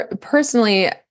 personally